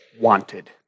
wanted